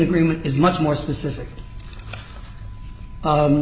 agreement is much more specific